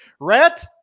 Rhett